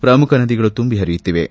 ಪ್ರಮುಖ ನದಿಗಳು ತುಂಬಿ ಹರಿಯುತ್ತಿವೆ